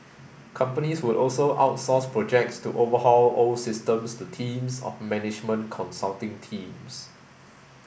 companies would also outsource projects to overhaul old systems to teams of management consulting teams